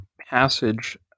passage